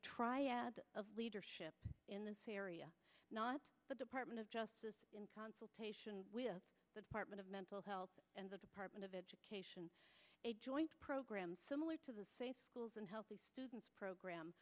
triad of leadership in this area not the department of justice in consultation with the department of mental health and the department of education a joint program similar to the safe schools and healthy students program